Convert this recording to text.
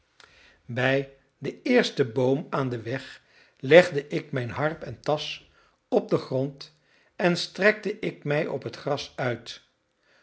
bij den eersten boom aan den weg legde ik mijn harp en tasch op den grond en strekte ik mij op het gras uit